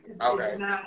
Okay